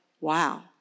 Wow